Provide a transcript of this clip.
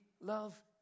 love